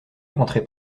rentrer